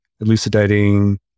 elucidating